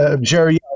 Jerry